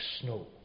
snow